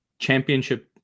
championship